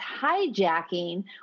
hijacking